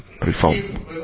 reform